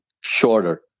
shorter